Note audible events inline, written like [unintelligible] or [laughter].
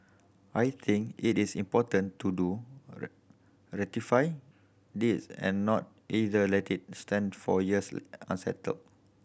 I think it is important to do [unintelligible] ratify this and not either let it stand for years unsettled